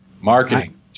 Marketing